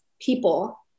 people